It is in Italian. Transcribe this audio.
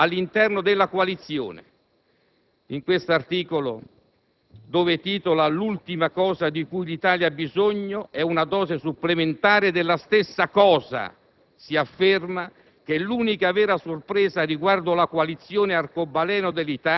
È crollato su un irriconciliabile dissidio politico all'interno della coalizione». In questo articolo, intitolato «L'ultima cosa di cui l'Italia ha bisogno è una dose supplementare della stessa cosa»,